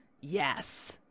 Yes